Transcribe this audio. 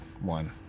one